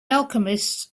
alchemists